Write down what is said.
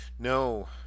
No